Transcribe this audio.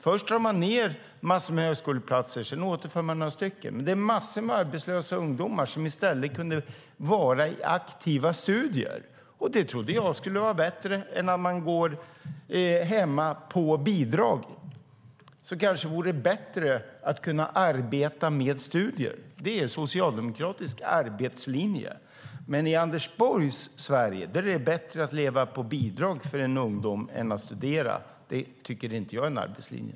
Först drar man ned massor av högskoleplatser, och sedan återför man några stycken. Massor av arbetslösa ungdomar skulle kunna vara i aktiva studier, och det trodde jag skulle vara bättre än att gå hemma med bidrag. Kanske vore det bättre att kunna arbeta med studier, för det är en socialdemokratisk arbetslinje. Men i Anders Borgs Sverige är det bättre att leva på bidrag för en ungdom än att studera. Det tycker inte jag är en arbetslinje.